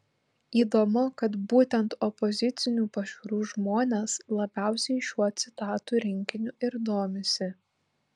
įdomu kad būtent opozicinių pažiūrų žmonės labiausiai šiuo citatų rinkiniu ir domisi